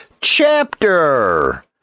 chapter